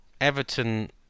Everton